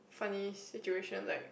funny situation like